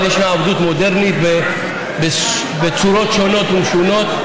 אבל ישנה עבדות מודרנית בצורות שונות ומשונות,